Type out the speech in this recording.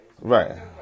Right